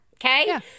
Okay